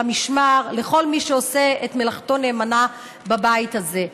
למשמר ולכל מי שעושה את מלאכתו נאמנה בבית הזה.